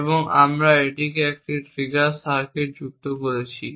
এবং আমরা এটিতে একটি ট্রিগার সার্কিট যুক্ত করেছি